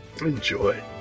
enjoy